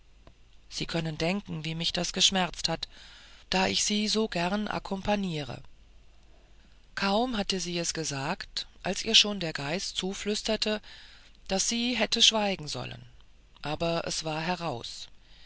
sie können denken wie mich das geschmerzt hat da ich sie so gern akkompagniere kaum hatte sie es gesagt als ihr schon der geist zuflüsterte daß sie hätte schweigen sollen aber es war heraus